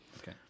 Okay